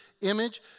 image